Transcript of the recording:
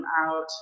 out